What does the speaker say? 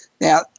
Now